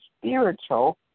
spiritual